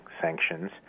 sanctions